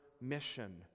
mission